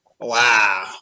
wow